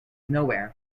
nowhere